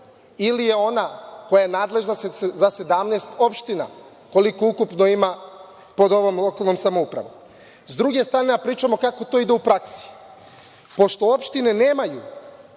ili je ona koja je nadležna za 17 opština, koliko ukupno ima pod ovom lokalnom samoupravom?S druge strane, da pričamo kako to ide u praksi. Pošto opštine nemaju